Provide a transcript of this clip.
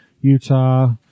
Utah